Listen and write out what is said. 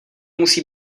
musí